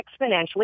exponentially